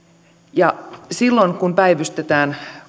silloin kun päivystetään